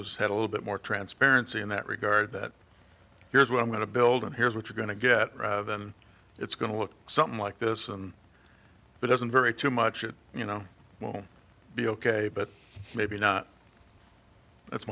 was had a little bit more transparency in that regard that here's what i'm going to build and here's what you're going to get it's going to look something like this and it doesn't vary too much it you know won't be ok but maybe not that's